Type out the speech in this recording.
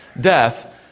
death